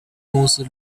公司